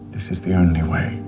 this is the only way